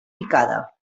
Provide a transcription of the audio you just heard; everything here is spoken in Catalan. picada